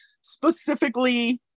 specifically